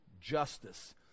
justice